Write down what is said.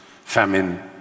famine